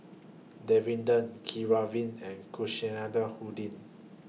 Davinder Keeravani and Kasinadhuni